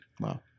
Wow